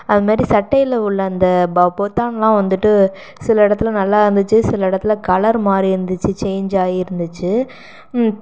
அதுமாதிரி சட்டையில் உள்ள அந்த பொத்தான்லாம் வந்துட்டு சில இடத்துல நல்லாருந்துச்சு சில இடத்துல கலர் மாறி இருந்துச்சு சேஞ்சாகி இருந்துச்சு